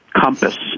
compass